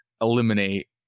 eliminate